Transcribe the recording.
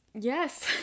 Yes